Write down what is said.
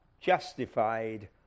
justified